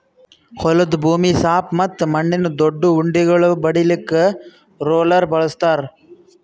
ಹೊಲದ ಭೂಮಿ ಸಾಪ್ ಮತ್ತ ಮಣ್ಣಿನ ದೊಡ್ಡು ಉಂಡಿಗೋಳು ಒಡಿಲಾಕ್ ರೋಲರ್ ಬಳಸ್ತಾರ್